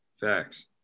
Facts